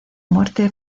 muerte